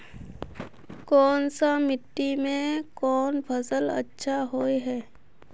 कोन सा मिट्टी में कोन फसल अच्छा होय है?